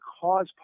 cause